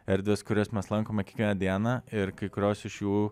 erdvės kurias mes lankome kiekvieną dieną ir kai kurios iš jų